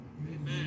Amen